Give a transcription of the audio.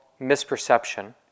misperception